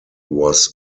was